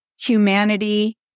humanity